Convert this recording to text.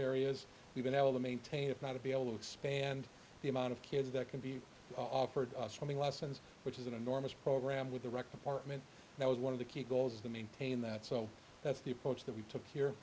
areas we've been able to maintain if not to be able to expand the amount of kids that can be offered a swimming lessons which is an enormous program with a record partment that was one of the key goals of the maintain that so that's the approach that we took here